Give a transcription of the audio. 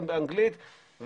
גם באנגלית.